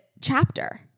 chapter